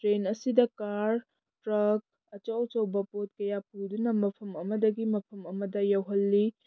train ꯑꯁꯤꯗ car truck ꯑꯆꯧ ꯑꯆꯧꯕ ꯄꯣꯠ ꯀꯌꯥ ꯄꯨꯗꯨꯅ ꯃꯐꯝ ꯑꯃꯗꯒꯤ ꯃꯐꯝ ꯑꯃꯗ ꯌꯧꯍꯜꯂꯤ